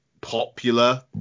popular